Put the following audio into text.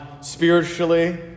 Spiritually